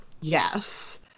yes